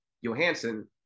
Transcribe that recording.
Johansson